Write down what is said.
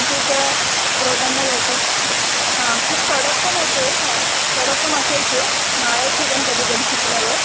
असे त्या प्रौधान्य द्यायचे म्हणजे हां खूप कडक पण होते ख कडक पण असायचे मारायचे पण कधीकधी चुकल्यावर